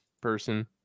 person